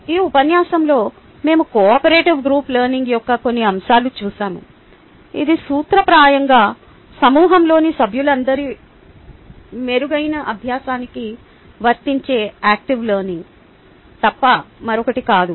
ఈ ఉపన్యాసంలో మేము కోఆపరేటివ్ గ్రూప్ లెర్నింగ్ యొక్క కొన్ని అంశాలను చూశాము ఇది సూత్రప్రాయంగా సమూహంలోని సభ్యులందరి మెరుగైన అభ్యాసానికి వర్తించే యాక్టివ్ లెర్నింగ్ తప్ప మరొకటి కాదు